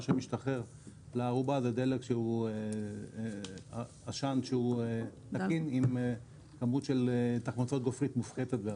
שמשתחרר לארובה זה עשן שבו כמות תחמוצות גופרית מופחתת בהרבה.